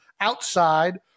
outside